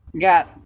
got